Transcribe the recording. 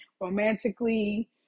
romantically